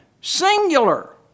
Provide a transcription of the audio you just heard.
singular